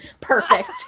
Perfect